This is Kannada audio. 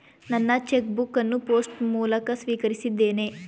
ನನ್ನ ಚೆಕ್ ಬುಕ್ ಅನ್ನು ಪೋಸ್ಟ್ ಮೂಲಕ ಸ್ವೀಕರಿಸಿದ್ದೇನೆ